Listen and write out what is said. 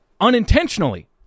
unintentionally